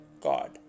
God